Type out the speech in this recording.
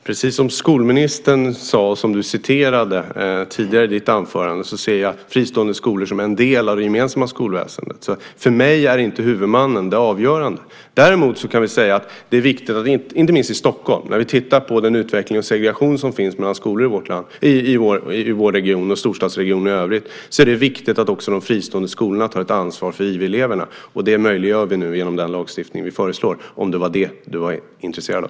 Fru talman! Precis som skolministern sade, och som du citerade tidigare i ditt anförande, ser jag fristående skolor som en del av det gemensamma skolväsendet. För mig är inte huvudmannen det avgörande. Däremot kan jag säga att det är viktigt, inte minst i Stockholm, när vi tittar på den utveckling och segregation som finns mellan skolor i vår region och i andra storstadsregioner att också de fristående skolorna tar ett ansvar för IV-eleverna. Det möjliggör vi genom den lagstiftning som vi nu föreslår, om det var detta som du var intresserad av.